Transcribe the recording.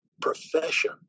profession